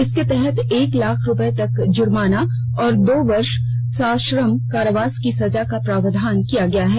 इसके तहत एक लाख रुपये तक जुर्माना और दो वर्ष सश्रम कारावास की सजा का प्रावधान किया गया है